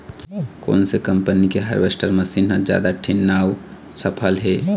कोन से कम्पनी के हारवेस्टर मशीन हर जादा ठीन्ना अऊ सफल हे?